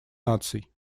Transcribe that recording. наций